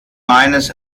meines